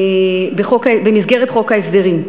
במסגרת חוק ההסדרים.